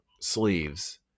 sleeves